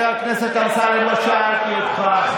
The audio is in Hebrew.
מיקי לוי, אתה אישית,